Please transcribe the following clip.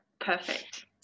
perfect